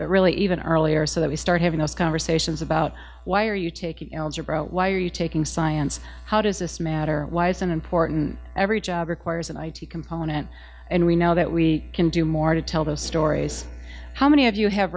but really even earlier so that we start having those conversations about why are you taking why are you taking science how does this matter why it's an important every job requires an i t component and we know that we can do more to tell those stories how many of you have